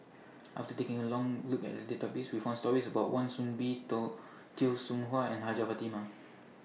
after taking A Long Look At The Database We found stories about Wan Soon Bee to Teo Soon Chuan and Hajjah Fatimah